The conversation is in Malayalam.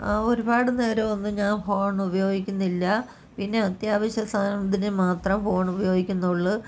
ഒരുപാട് നേരമൊന്നും ഞാൻ ഫോൺ ഉപയോഗിക്കുന്നില്ല പിന്നെ അത്യാവശ്യ സാഹചര്യം മാത്രം ഫോണ് ഉപയോഗിക്കുന്നുള്ളൂ